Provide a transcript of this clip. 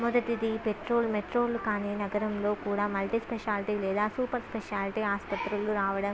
మొదటిది పెట్రోల్ మెట్రోలు కానీ నగరంలో కూడా మల్టీ స్పెషాలిటీ లేదా సూపర్ స్పెషాలిటీ ఆసుపత్రులు రావడం